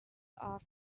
off